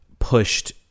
pushed